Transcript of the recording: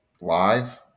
live